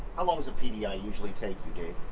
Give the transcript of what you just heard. how long's a pdi usually take you, dave?